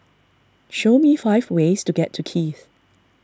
show me five ways to get to Kiev